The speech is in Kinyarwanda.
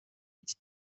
iki